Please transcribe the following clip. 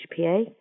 HPA